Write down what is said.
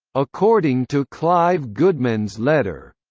according to clive goodman's letter.